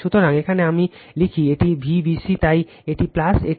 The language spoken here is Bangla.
সুতরাং এখানে আমি লিখি এটি Vbc তাই এটি এটি